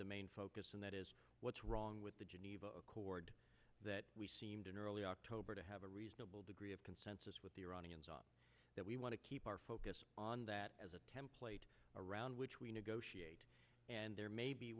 the main focus and that is what's wrong with the geneva accord that we seemed in early october to have a reasonable degree of consensus with the iranians on that we want to keep our focus on that as a template around which we negotiate and